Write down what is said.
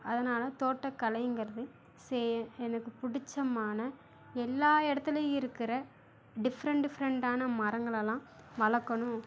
அதனால் தோட்டக்கலைங்கறது செ எனக்கு பிடிச்சமான எல்லா இடத்துலையும் இருக்கிற டிஃப்ரண்ட் டிஃப்ரண்ட்டான மரங்களெல்லாம் வளர்க்கணும்